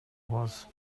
was